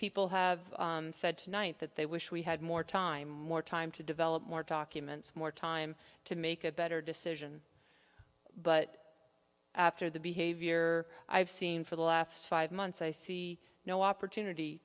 people have said tonight that they wish we had more time more time to develop more documents more time to make a better decision but after the behavior i've seen for the laughs five months i see no opportunity